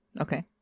Okay